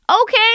okay